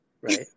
Right